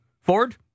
Ford